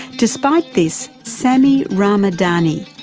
despite this, sami ramadani,